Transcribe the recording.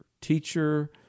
teacher